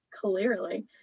clearly